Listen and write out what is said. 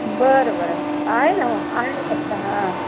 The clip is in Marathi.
बरं बरं आहे ना हो आहे ना बस्ता हां